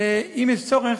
ואם יש צורך,